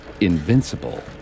invincible